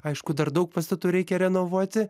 aišku dar daug pastatų reikia renovuoti